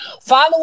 Follow